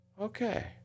okay